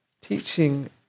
teaching